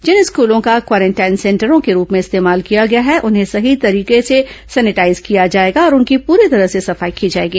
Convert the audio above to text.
जिन स्कूलो का क्वेरंटाइन सेंटरो के रूप में इस्तेमाल किया गया है उन्हें सही तरह से सेनेटाइज किया जाएगा और उनकी पूरी तरह से सफाई की जाएगी